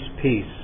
peace